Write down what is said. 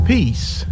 Peace